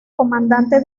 comandante